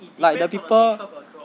like the people